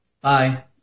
Bye